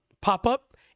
pop-up